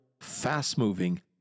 fast-moving